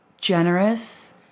generous